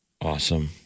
awesome